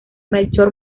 melchor